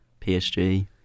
PSG